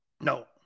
No